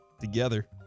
Together